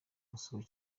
masoko